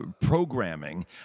programming